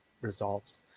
resolves